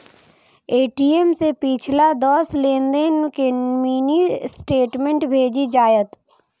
ATM सं पिछला दस लेनदेन के मिनी स्टेटमेंट भेटि जायत